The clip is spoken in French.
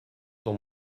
dans